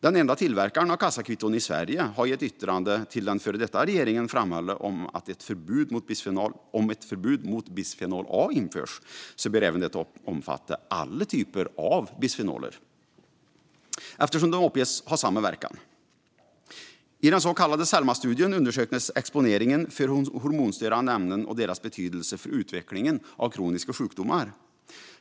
Den enda tillverkaren av kassakvitton i Sverige har i ett yttrande till den före detta regeringen framhållit att om ett förbud mot bisfenol A införs bör det omfatta alla typer av bisfenoler eftersom de uppges ha samma verkan. I den så kallade Selmastudien undersöktes exponeringen för hormonstörande ämnen och deras betydelse för utvecklingen av kroniska sjukdomar.